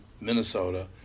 Minnesota